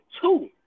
two